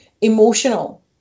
emotional